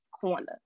Corner